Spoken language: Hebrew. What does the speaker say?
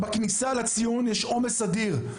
בכניסה לציון יש עומס אדיר.